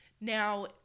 Now